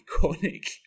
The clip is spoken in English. iconic